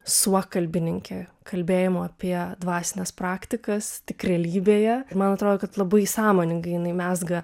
suokalbininkė kalbėjimo apie dvasines praktikas tik realybėje man atrodo kad labai sąmoningai jinai mezga